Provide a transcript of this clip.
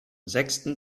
sechsten